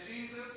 Jesus